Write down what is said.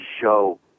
show